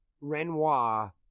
Renoir